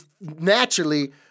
naturally